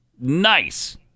Nice